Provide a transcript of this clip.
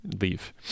leave